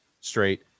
straight